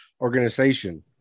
organization